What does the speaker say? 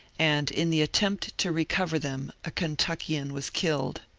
and in the attempt to recover them a kentuckian was killed.